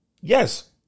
Yes